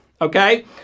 okay